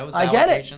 i get it.